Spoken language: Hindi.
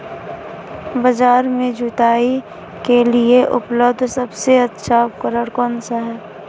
बाजार में जुताई के लिए उपलब्ध सबसे अच्छा उपकरण कौन सा है?